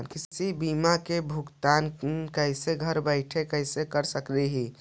किसी भी बीमा का भुगतान कैसे घर बैठे कैसे कर स्कली ही?